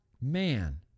man